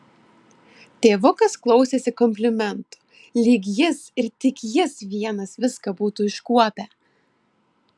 tėvukas klausėsi komplimentų lyg jis ir tik jis vienas viską būtų iškuopę